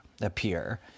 appear